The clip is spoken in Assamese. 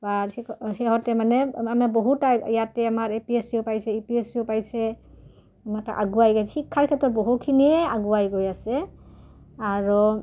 বা সিহঁতে মানে মানে বহুত ইয়াতে আমাৰ এ পি এছ চি ও পাইছে ইউ পি এছ চি ও পাইছে আমাৰ আগুৱাই গৈছে শিক্ষাৰ ক্ষেত্ৰত বহুখিনিয়ে আগুৱাই গৈ আছে আৰু